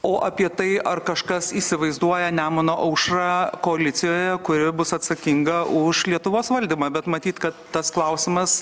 o apie tai ar kažkas įsivaizduoja nemuno aušrą koalicijoje kuri bus atsakinga už lietuvos valdymą bet matyt kad tas klausimas